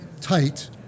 tight